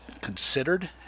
considered